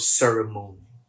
ceremony